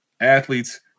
athletes